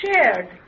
shared